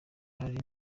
hari